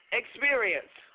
experience